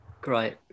Great